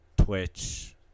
Twitch